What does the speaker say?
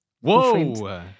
Whoa